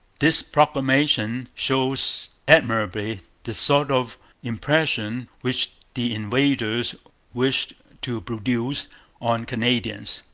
this proclamation shows admirably the sort of impression which the invaders wished to produce on canadians.